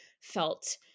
felt